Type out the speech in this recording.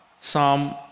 Psalm